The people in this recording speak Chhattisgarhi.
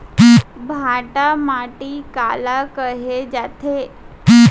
भांटा माटी काला कहे जाथे?